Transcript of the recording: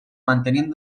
mantenien